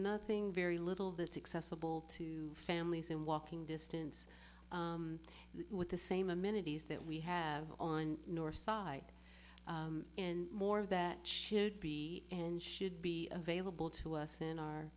nothing very little that accessible to families in walking distance with the same amenities that we have on north side and more of that should be and should be available to us in our